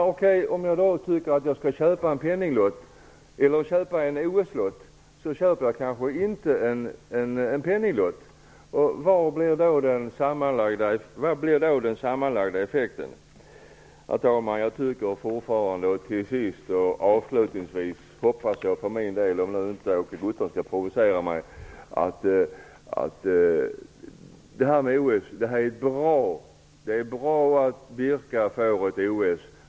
Om jag då vill köpa en penninglott eller en OS-lott kanske jag inte köper penninglotten. Vad blir då den sammanlagda effekten? Herr talman! Avslutningsvis - jag hoppas i alla fall det, men Åke Gustavsson kanske provocerar mig - tycker jag fortfarande att det här med OS är bra. Det är bra att Birka får ett OS.